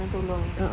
korang tolong eh